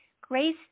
Grace